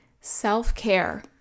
Self-care